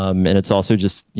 um and it's also just,